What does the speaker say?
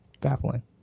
baffling